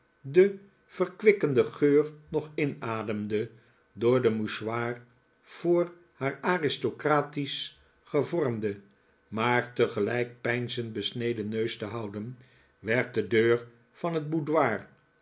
den verkwikkelijken geur nog inademde door den mouchoir voor haar aristocratisch gevormden maar tegelijk peinzend besneden neus te houden werd de deur van het